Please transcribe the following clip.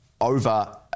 over